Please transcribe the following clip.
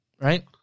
right